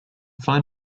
find